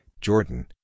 Jordan